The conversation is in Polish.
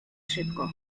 szybko